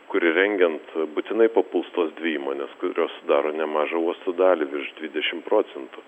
kurį rengiant būtinai papuls tos dvi įmonės kurios sudaro nemažą uosto dalį virš dvidešimt procentų